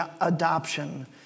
adoption